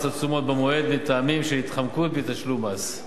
התשומות במועד מטעמים של התחמקות מתשלום מס.